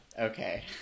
Okay